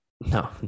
no